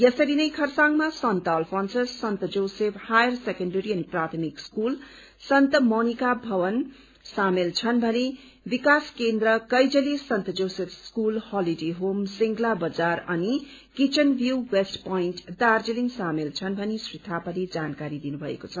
यसरी नै खरसाङमा Saint Alphonsus Saint Joseph higher secondary अनि प्राथमिक स्कूल सन्त मोनिका भवन सामेल छन् भने विकास केन्द्र कैजले Saint Joseph school holiday home Singla बजार अनि kitchen view west point Darjeeling सामेल छन् भनी श्री थापाले जानकारी दिनुमएको छ